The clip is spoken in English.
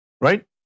Right